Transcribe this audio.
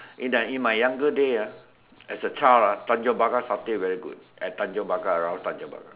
in the in my younger day ah as a child ah Tanjong-Pagar satay very good at Tanjong-Pagar around Tanjong-Pagar